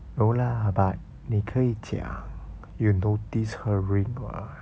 no lah but 你可以讲 you notice her ring [what]